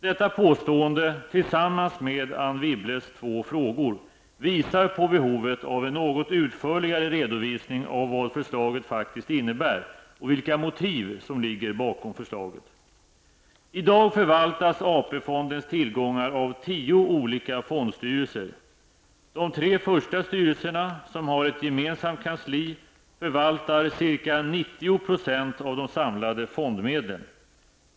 Detta påstående tillsammans med Anne Wibbles två frågor visar på behovet av en något utförligare redovisning av vad förslaget faktiskt innebär och vilka motiv som ligger bakom förslaget. I dag förvaltas AP-fondens tillgångar av tio olika fondstyrelser. De tre första syrelserna, som har ett gemensamt kansli, förvaltar ca 90 % av de samlade fondmedlen.